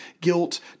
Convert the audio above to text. guilt